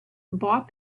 bought